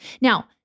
Now